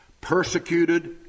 persecuted